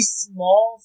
small